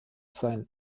sein